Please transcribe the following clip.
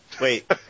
Wait